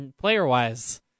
player-wise